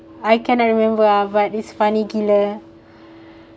I cannot remember ah but it's funny gila